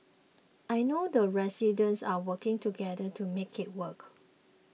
I know the residents are working together to make it work